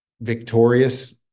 victorious